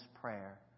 prayer